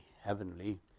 heavenly